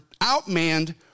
outmanned